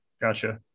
Gotcha